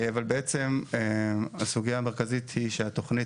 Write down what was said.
אבל בעצם הסוגיה המרכזית היא שהתכנית